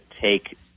take